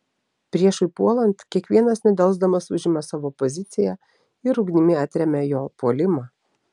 priešui puolant kiekvienas nedelsdamas užima savo poziciją ir ugnimi atremia jo puolimą